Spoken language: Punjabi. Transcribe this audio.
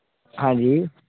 ਹਾਂਜੀ